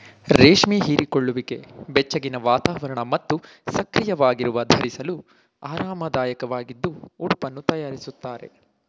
ರೇಷ್ಮೆ ಹೀರಿಕೊಳ್ಳುವಿಕೆ ಬೆಚ್ಚಗಿನ ವಾತಾವರಣ ಮತ್ತು ಸಕ್ರಿಯವಾಗಿರುವಾಗ ಧರಿಸಲು ಆರಾಮದಾಯಕವಾಗಿದ್ದು ಉಡುಪನ್ನು ತಯಾರಿಸ್ತಾರೆ